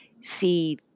see